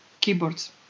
keyboards